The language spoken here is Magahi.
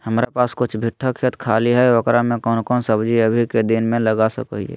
हमारा पास कुछ बिठा खेत खाली है ओकरा में कौन कौन सब्जी अभी के दिन में लगा सको हियय?